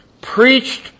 preached